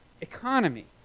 economy